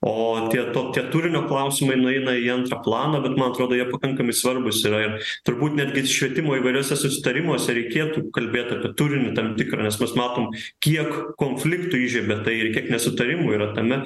o tie to tie turinio klausimai nueina į antrą planą bet man atrodo jie pakankamai svarbūs yra turbūt netgi švietimo įvairiuose susitarimuose reikėtų kalbėt apie turinį tam tikrą nes mes matom kiek konfliktų įžiebia tai ir kiek nesutarimų yra tame